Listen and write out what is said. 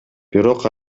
бирок